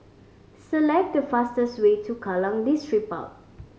select the fastest way to Kallang Distripark